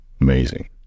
amazing